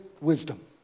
wisdom